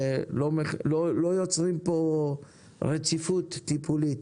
ולא יוצרים פה רציפות טיפולית,